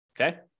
Okay